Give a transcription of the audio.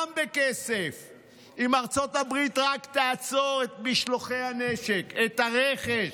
אם ארצות הברית רק תעצור את משלוחי הנשק, את הרכש,